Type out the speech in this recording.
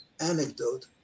anecdote